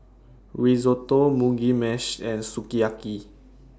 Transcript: Risotto Mugi Meshi and Sukiyaki